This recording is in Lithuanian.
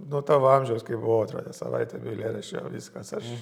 nu tavo amžiaus kai buvau atrodė savaitė be eilėraščio viskas aš